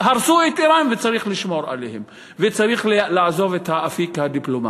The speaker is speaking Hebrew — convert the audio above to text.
הרסו את איראן וצריך לשמור עליהן וצריך לעזוב את האפיק הדיפלומטי.